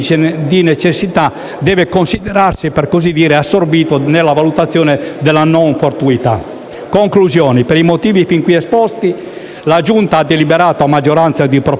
di necessità deve considerarsi, per così dire, assorbito nella valutazione della non fortuità. Per i motivi fin qui esposti, la Giunta ha deliberato, a maggioranza, di proporre